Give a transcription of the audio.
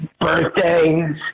birthdays